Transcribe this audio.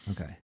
Okay